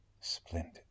Splendid